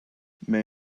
may